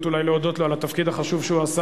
הזדמנות אולי להודות לו על התפקיד החשוב שהוא עשה